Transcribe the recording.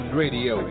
radio